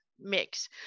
mix